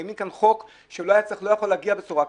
מביאים לכאן חוק שלא יכול להגיע בצורה כזאת.